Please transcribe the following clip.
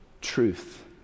truth